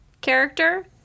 character